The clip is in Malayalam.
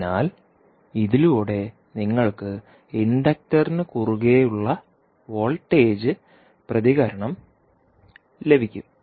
അതിനാൽ ഇതിലൂടെ നിങ്ങൾക്ക് ഇൻഡക്ടറിന് കുറുകെ ഉള്ള വോൾട്ടേജ് പ്രതികരണം ലഭിക്കും